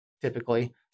typically